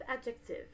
adjective